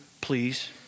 please